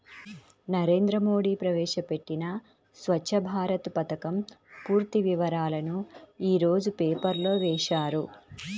నరేంద్ర మోడీ ప్రవేశపెట్టిన స్వఛ్చ భారత్ పథకం పూర్తి వివరాలను యీ రోజు పేపర్లో వేశారు